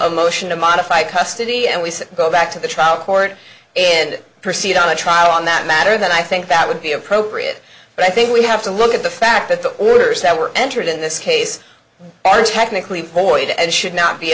a motion to modify custody and we go back to the trial court and proceed on a trial on that matter that i think that would be appropriate but i think we have to look at the fact that the orders that were entered in this case are technically void and should not be